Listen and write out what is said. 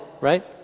right